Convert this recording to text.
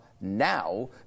now